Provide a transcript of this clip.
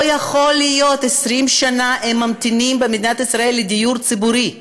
לא יכול להיות ש-20 שנה הם ממתינים במדינת ישראל לדיור ציבורי.